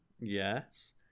Yes